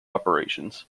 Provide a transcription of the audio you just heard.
operations